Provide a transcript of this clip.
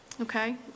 Okay